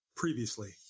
Previously